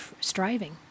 striving